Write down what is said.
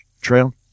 Trail